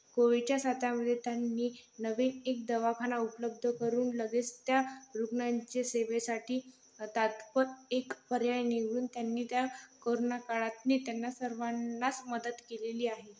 कोविडच्या साथामध्ये त्यांनी नवीन एक दवाखाना उपलब्ध करून लगेच त्या रुग्णांच्या सेवेसाठी तात्पत एक पर्याय निवडून त्यांनी त्या कोरोना काळात नेत्यांना सर्वांनाच मदत केलेली आहे